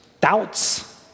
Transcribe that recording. doubts